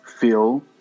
feel